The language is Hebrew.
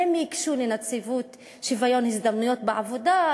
הן ייגשו לנציבות שוויון הזדמנויות בעבודה,